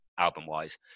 album-wise